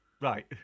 Right